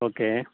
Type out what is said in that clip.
okay